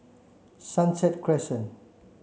Sunset Crescent